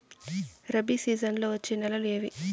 రబి సీజన్లలో వచ్చే నెలలు ఏవి?